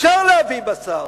אפשר להביא בשר,